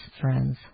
friends